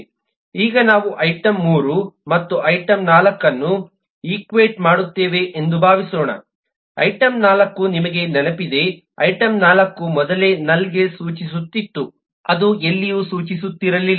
ಈಗ ನಾವು ಐಟಂ 3 ಮತ್ತು ಐಟಂ 4 ಅನ್ನು ಇಕ್ವೇಟ್ ಮಾಡುತ್ತೇವೆ ಎಂದು ಭಾವಿಸೋಣ ಐಟಂ 4 ನಿಮಗೆ ನೆನಪಿದೆಐಟಂ 4 ಮೊದಲೇ ನಲ್ಗೆ ಸೂಚಿಸುತ್ತಿತ್ತು ಅದು ಎಲ್ಲಿಯೂ ಸೂಚಿಸುತ್ತಿರಲಿಲ್ಲ